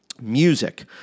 music